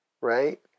right